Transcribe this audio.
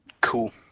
Cool